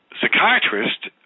psychiatrist